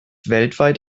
weltweit